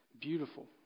beautiful